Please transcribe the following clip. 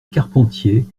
carpentier